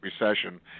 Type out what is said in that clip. Recession